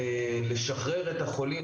יוצא היום